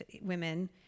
women